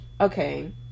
Okay